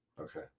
Okay